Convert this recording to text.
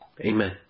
Amen